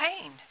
pain